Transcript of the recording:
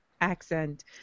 accent